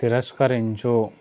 తిరస్కరించు